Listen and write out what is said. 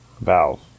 valve